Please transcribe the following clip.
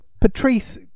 patrice